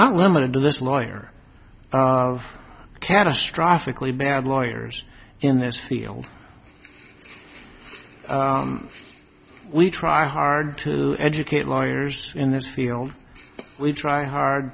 not limited to list lawyer of catastrophic lee bad lawyers in this field we try hard to educate lawyers in this field we try hard